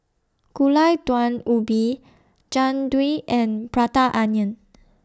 Gulai Daun Ubi Jian Dui and Prata Onion